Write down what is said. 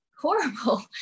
Horrible